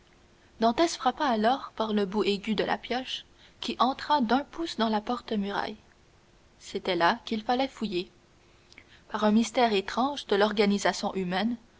dantès frappa alors par le bout aigu de la pioche qui entra d'un pouce dans la porte muraille c'était là qu'il fallait fouiller par un mystère étrange de l'organisation humaine